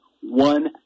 one